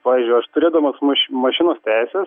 pavyzdžiui aš turėdamas maš mašinos teises